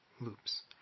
loops